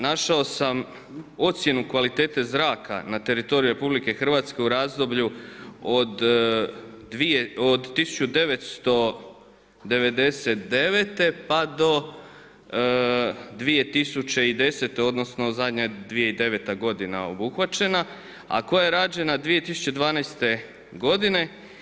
Našao sam ocjenu kvalitete zraka na teritoriju RH u razdoblju od 1999. pa do 2010. odnosno zadnja je 2009. godina obuhvaćena a koja je rađena 2012. godine.